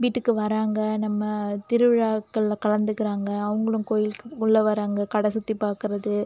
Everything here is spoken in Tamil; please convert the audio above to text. வீட்டுக்கு வராங்க நம்ம திருவிழாக்கள்ல கலந்துக்குறாங்க அவங்குளும் கோயிலுக்கு உள்ளே வராங்க கடை சுற்றி பார்க்குறது